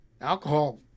alcohol